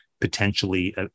potentially